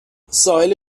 ساحل